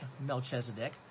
Melchizedek